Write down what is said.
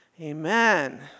Amen